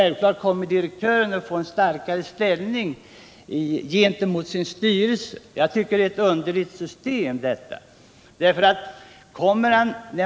Självfallet kommer verkställande direktören då att få en starkare ställning gentemot sin styrelse. Jag tycker att detta är ett underligt system.